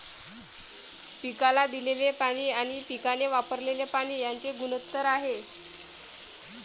पिकाला दिलेले पाणी आणि पिकाने वापरलेले पाणी यांचे गुणोत्तर आहे